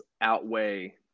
outweigh